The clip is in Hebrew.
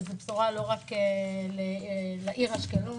זה בשורה לא רק לעיר אשקלון.